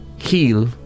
Heal